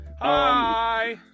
Hi